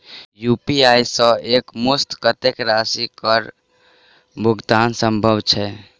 UPI सऽ एक मुस्त कत्तेक राशि कऽ भुगतान सम्भव छई?